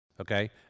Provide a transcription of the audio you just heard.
Okay